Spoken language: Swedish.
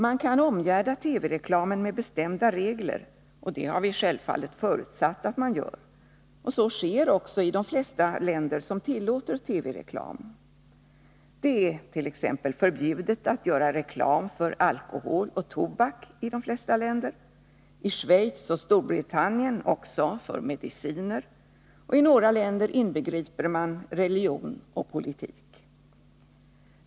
Man kan omgärda TV-reklamen med bestämda regler, och det har vi självfallet förutsatt att man skall göra. Så sker också i de flesta länder som tillåter TV-reklam. Det är i de flesta länder t.ex. förbjudet att göra reklam för alkohol och tobak, i Schweiz och Storbritannien också för mediciner. I några länder inbegriper man religion och politik.